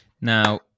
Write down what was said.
Now